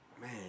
Man